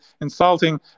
insulting